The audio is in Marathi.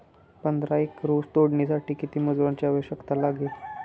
पंधरा एकर ऊस तोडण्यासाठी किती मजुरांची आवश्यकता लागेल?